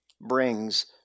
brings